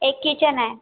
एक किचन आहे